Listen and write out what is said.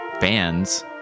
bands